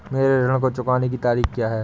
मेरे ऋण को चुकाने की तारीख़ क्या है?